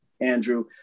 Andrew